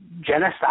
genocide